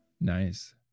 Nice